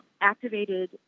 activated